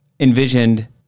envisioned